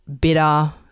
bitter